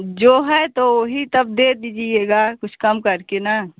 जो है वही तब दे दीजिएगा कुछ कम करके ना